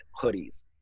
hoodies